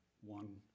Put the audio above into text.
one